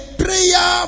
prayer